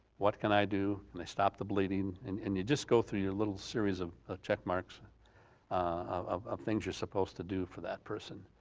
what can i do? and i stopped the bleeding, and and you just go through your little series of ah check marks of things you're supposed to do for that person.